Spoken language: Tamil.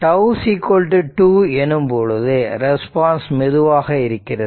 τ 2 எனும் பொழுது ரெஸ்பான்ஸ் மெதுவாக இருக்கிறது